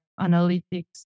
analytics